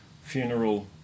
Funeral